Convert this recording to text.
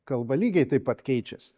kalba lygiai taip pat keičiasi